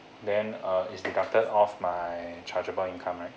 then uh it's deducted off my chargeable income right